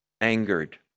angered